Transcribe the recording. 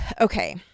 okay